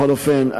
בכל אופן,